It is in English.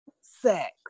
sex